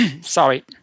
Sorry